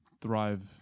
thrive